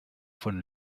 von